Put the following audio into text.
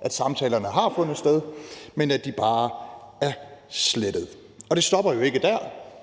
at samtalerne har fundet sted, men at de bare er slettet. Og det stopper jo ikke der.